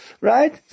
right